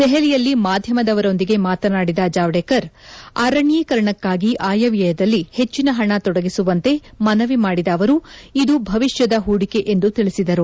ದೆಹಲಿಯಲ್ಲಿ ಮಾಧ್ಯಮದವರೊಂದಿಗೆ ಮಾತನಾಡಿದ ಜಾವಡೇಕರ್ ಅರಣ್ಯೇಕರಣಕ್ಕಾಗಿ ಆಯವ್ಯಯದಲ್ಲಿ ಹೆಚ್ಚಿನ ಹಣ ತೊಡಗಿಸುವಂತೆ ಮನವಿ ಮಾದಿದ ಅವರು ಇದು ಭವಿಷ್ಯದ ಹೂಡಿಕೆ ಎಂದು ತಿಳಿಸಿದರು